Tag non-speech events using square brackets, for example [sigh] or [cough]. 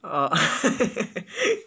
oh [laughs]